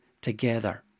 together